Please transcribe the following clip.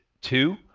two